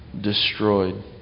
destroyed